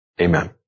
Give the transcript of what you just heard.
Amen